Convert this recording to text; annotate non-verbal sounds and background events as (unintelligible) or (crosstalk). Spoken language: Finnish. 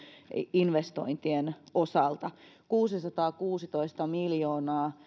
investointien osalta kuusisataakuusitoista miljoonaa (unintelligible)